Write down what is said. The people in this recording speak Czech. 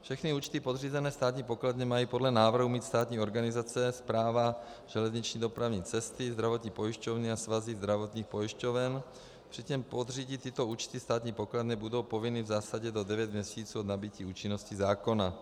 Všechny účty podřízené státní pokladně mají podle návrhů mít státní organizace, Správa železniční dopravní cesty, zdravotní pojišťovny a svazy zdravotních pojišťoven, přičemž podřídit tyto účty státní pokladně budou povinny v zásadě do devíti měsíců od nabytí účinnosti zákona.